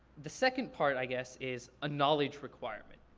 the second part i guess is a knowledge requirement.